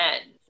end